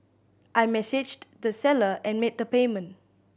I messaged the seller and made the payment